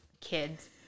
kid's